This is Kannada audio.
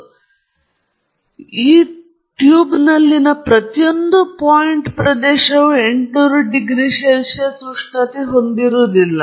ಆದ್ದರಿಂದ ಪಾಯಿಂಟ್ ಈ ಟ್ಯೂಬ್ನಲ್ಲಿನ ಪ್ರತಿಯೊಂದು ಪ್ರದೇಶವು 800 ಡಿಗ್ರಿಗಳಷ್ಟು ಸಿ ಅಲ್ಲ